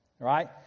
Right